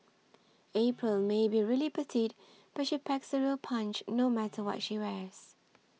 April may be really petite but she packs a real punch no matter what she wears